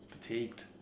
fatigued